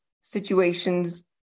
situations